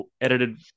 edited